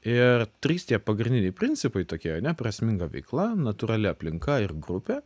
ir trys tie pagrindiniai principai tokie ane prasminga veikla natūrali aplinka ir grupė